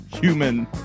human